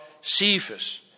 Cephas